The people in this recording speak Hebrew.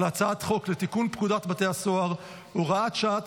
הצעת חוק לתיקון פקודת בתי הסוהר (הוראת שעה),